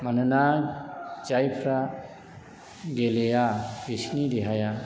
मानोना जायफ्रा गेलेया बिसोरनि देहाया